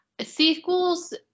Sequels